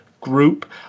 group